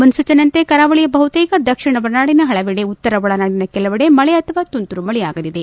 ಮುನ್ನೂಚನೆಯಂತೆ ಕರಾವಳಿಯ ಬಹುತೇಕ ದಕ್ಷಿಣ ಒಳನಾಡಿನ ಪಲವೆಡೆ ಉತ್ತರ ಒಳನಾಡಿನ ಕೆಲವೆಡೆ ಮಳೆ ಅಥತಾ ತುಂತುರು ಮಳೆಯಾಗಲಿದೆ